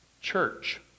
Church